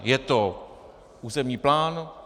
Je to územní plán?